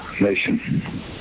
nation